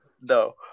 No